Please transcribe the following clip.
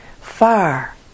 far